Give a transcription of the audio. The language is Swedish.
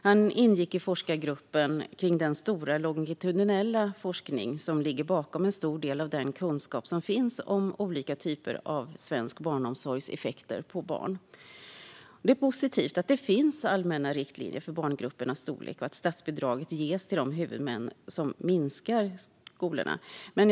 Han ingick i forskargruppen för den stora longitudinella forskning som ligger bakom en stor del av den kunskap som finns om olika typer av svensk barnomsorgs effekter på barn. Det är positivt att det finns allmänna riktlinjer för barngruppernas storlek och att statsbidrag ges till de huvudmän som minskar dem.